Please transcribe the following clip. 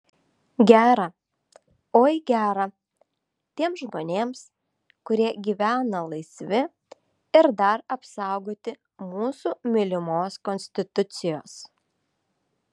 gera oi gera tiems žmonėms kurie gyvena laisvi ir dar apsaugoti mūsų mylimos konstitucijos